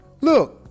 Look